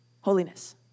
Holiness